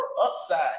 upside